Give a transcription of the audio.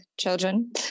children